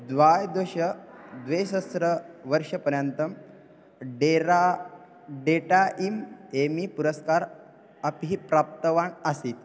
द्वादश द्विसहस्रवर्षपर्यन्तं डेरा डेटा इम् एमि पुरस्कारः अपि प्राप्तवान् आसीत्